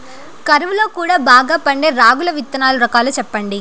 కరువు లో కూడా బాగా పండే రాగులు విత్తనాలు రకాలు చెప్పండి?